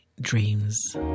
dreams